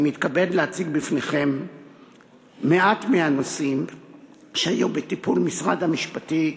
אני מתכבד להציג בפניכם מעט מהנושאים שהיו בטיפול משרד המשפטים